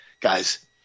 Guys